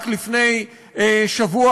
רק לפני שבוע,